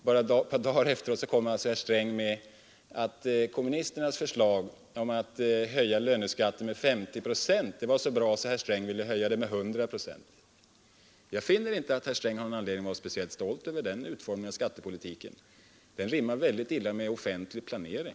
Bara ett par dagar senare ansåg alltså herr Sträng att kommunisternas förslag att höja löneskatten med 50 procent var så bra att han ville höja den med 100 procent. Jag finner inte att herr Sträng har någon anledning att vara speciellt stolt över den utformningen av skattepolitiken. Den rimmar mycket illa med offentlig planering.